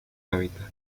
hábitat